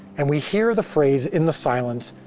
and we hear the phrase in the silence,